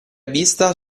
vista